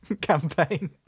campaign